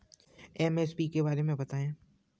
MSP के बारे में बतायें?